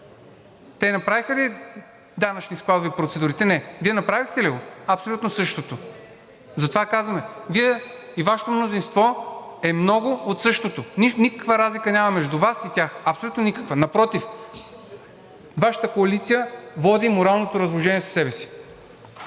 Те направиха ли за данъчни складове процедурите? Не. Вие направихте ли го? Абсолютно същото. Затова казваме: Вие и Вашето мнозинство е много от същото – никаква разлика няма между Вас и тях. Абсолютно никаква! Напротив, Вашата коалиция води моралното разложение със себе си.